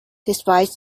despite